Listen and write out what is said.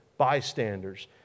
bystanders